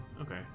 Okay